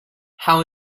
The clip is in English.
how